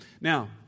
Now